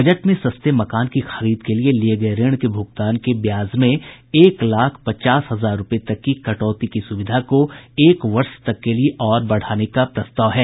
budget में सस्ते मकान की खरीद के लिए लिये गये ऋण के भुगतान के ब्याज में एक लाख पचास हजार रूपये तक की कटौती की सुविधा को एक वर्ष के लिए बढ़ाने का प्रस्ताव है